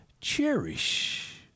cherish